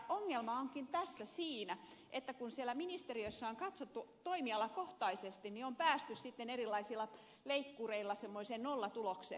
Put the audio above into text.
ongelma tässä onkin siinä että kun siellä ministeriössä on katsottu toimialakohtaisesti on päästy erilaisilla leikkureilla semmoiseen nollatulokseen